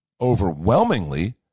overwhelmingly